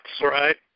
right